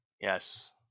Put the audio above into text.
Yes